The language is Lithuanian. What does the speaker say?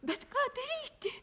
bet ką daryti